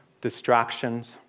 distractions